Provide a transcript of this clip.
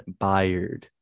Byard